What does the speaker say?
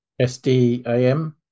SDAM